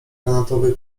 granatowej